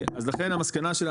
אז לכן המסקנה שלנו,